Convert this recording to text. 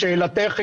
לשאלתך,